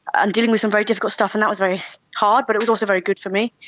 and dealing with some very difficult stuff and that was very hard but it was also very good for me.